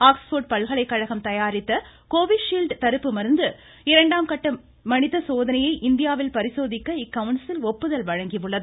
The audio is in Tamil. ஆக்ஸ்போா்டு பல்கலைக்கழகம் தயாரித்த கோவிஷீல்டு தடுப்பு மருந்து இரண்டாம் கட்ட மனிதசோதனையை இந்தியாவில் பரிசோதிக்க இக்கவுன்சில் ஒப்புதல் வழங்கியுள்ளது